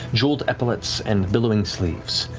jeweled epaulets, and billowing sleeves.